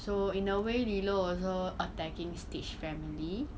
so in a way lilo also attacking stitch family